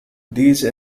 these